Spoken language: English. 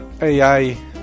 AI